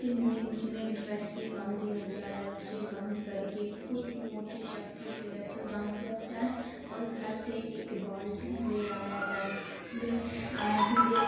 پھر نا اس میں رسی باندھ دیا جائے رسی باندھ کر کے بہت ہی موٹی شکتی سے رسی باندھ دیا جائے اور گھر سے ایک بالٹی لے آیا جائے لے لے